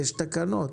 יש תקנות.